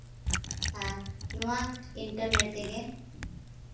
ᱟᱨ ᱱᱚᱣᱟ ᱤᱱᱴᱟᱨᱱᱮᱹᱴ ᱛᱮᱜᱮ